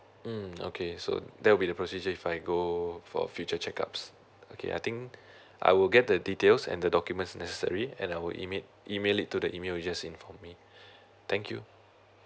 mm okay so there will be the procedure if I go for future checkups okay I think I will get the details and the documents necessary and I'll email email it to the email just inform me thank you